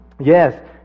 Yes